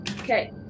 Okay